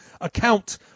account